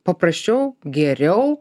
paprasčiau geriau